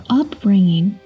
upbringing